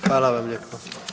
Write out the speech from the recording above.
Hvala vam lijepa.